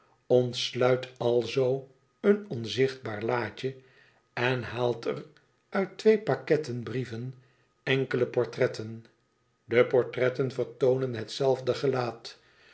ontsluit alzoo een onzichtbaar laadje en haalt er uit twee pakketten brieven enkele portretten de portretten vertoonen het zelfde gelaat